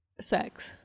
Sex